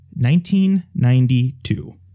1992